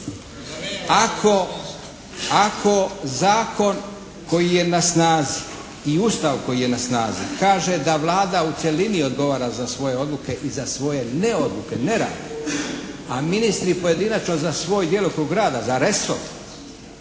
ako zakon koji je na snazi i Ustav koji je na snazi kaže da Vlada u cjelini odgovara za svoje odluke i za svoje ne odluke, ne … /Govornik se ne razumije./ … a ministri pojedinačno za svoj djelokrug rada, za resor